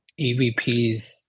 evps